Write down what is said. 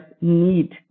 need